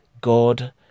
God